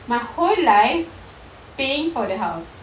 my whole life paying for the house